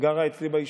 גרה אצלי ביישוב,